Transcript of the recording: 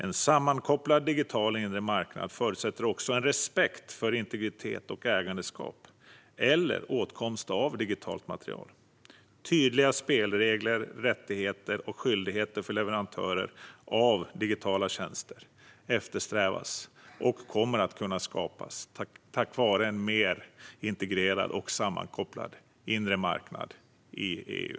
En sammankopplad digital inre marknad förutsätter också en respekt för integritet och ägandeskap eller åtkomst av digitalt material. Tydliga spelregler samt rättigheter och skyldigheter för leverantörer av digitala tjänster eftersträvas och kommer att kunna skapas tack vare en mer integrerad och sammankopplad inre marknad i EU.